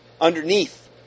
underneath